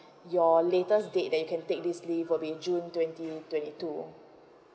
your latest date that you can take this leave will be june twenty twenty two